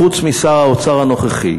חוץ משר האוצר הנוכחי,